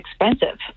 expensive